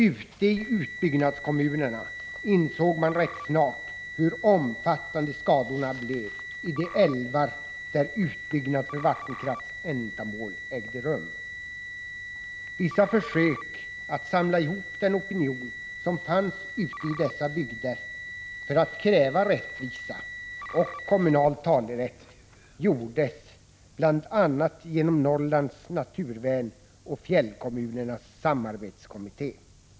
Ute i utbyggnadskommunerna insåg man rätt snart hur omfattande skadorna blev i de älvar där utbyggnad för vattenkraftsändamål ägde rum. Vissa försök att samla ihop den opinion som fanns ute i dessa bygder för att kräva rättvisa och kommunal talerätt gjordes genom bl.a. Norrlands naturvärn och Fjällkommunernas samarbetskommitté.